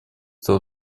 этого